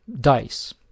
Dice